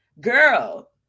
Girl